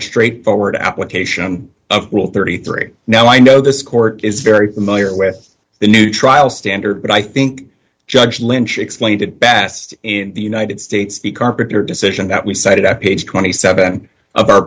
a straightforward application of rule thirty three now i know this court is very familiar with the new trial standard but i think judge lynch explained it best in the united states the carpenter decision that we cited at page twenty seven of our